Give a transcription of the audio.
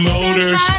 Motors